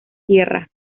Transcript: tierra